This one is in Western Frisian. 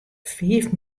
fiif